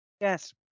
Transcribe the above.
Yes